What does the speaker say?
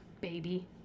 baby